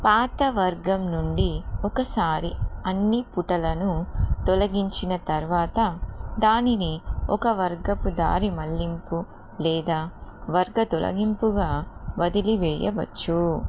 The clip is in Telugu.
పాత వర్గం నుండి ఒకసారి అన్నీ పుటలను తొలగించిన తర్వాత దానిని ఒక వర్గపు దారి మళ్ళింపు లేదా వర్గ తొలగింపుగా వదిలివేయవచ్చు